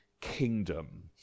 kingdom